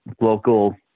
local